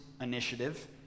initiative